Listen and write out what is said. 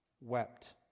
wept